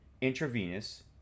intravenous